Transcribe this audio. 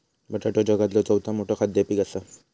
बटाटो जगातला चौथा मोठा खाद्य पीक असा